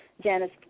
Janice